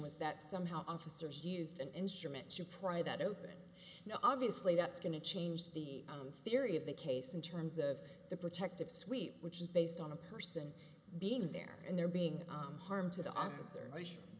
was that somehow officers used an instrument to pry that open you know obviously that's going to change the theory of the case in terms of the protective sweep which is based on a person being there and there being harm to the o